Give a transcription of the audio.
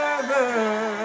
together